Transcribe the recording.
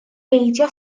beidio